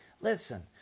Listen